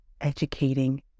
educating